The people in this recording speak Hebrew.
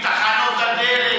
תחנות הדלק,